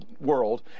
world